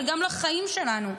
אבל גם לחיים שלנו,